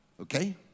Okay